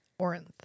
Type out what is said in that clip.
Orinth